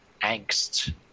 angst